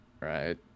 right